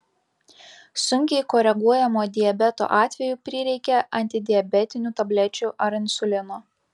sunkiai koreguojamo diabeto atveju prireikia antidiabetinių tablečių ar insulino